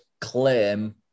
claim